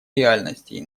реальностей